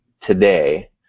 today